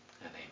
amen